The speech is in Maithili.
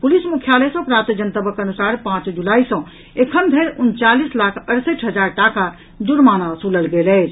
पुलिस मुख्यालय सॅ प्राप्त जनतबक अनुसार पांच जुलाई सॅ एखनधरि उनचालीस लाख अड़सठि हजार टाका जुर्माना असूलल गेल अछि